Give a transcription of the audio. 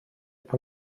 pan